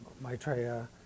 Maitreya